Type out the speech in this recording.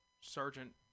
sergeant